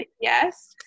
Yes